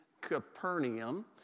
Capernaum